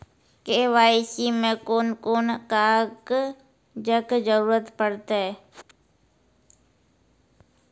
KYC मे कून कून कागजक जरूरत परतै?